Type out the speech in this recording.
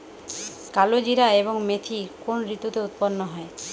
কালোজিরা এবং মেথি কোন ঋতুতে উৎপন্ন হয়?